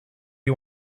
you